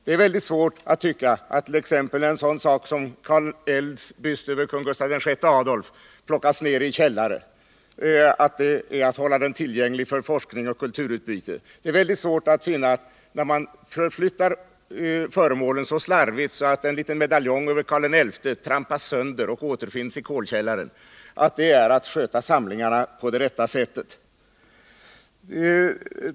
Det är väldigt svårt att tycka attt.ex. en sådan sak som att Carl Eldhs byst över kung Gustav VI Adolf plockats ner i källaren är att hålla den tillgänglig för forskning och kulturutbyte. Det är också väldigt svårt att finna att, när man förflyttar föremålen så slarvigt att en liten medaljong över Karl XI trampas sönder och återfinns i kolkällaren, det är att sköta samlingarna på det rätta sättet.